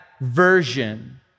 version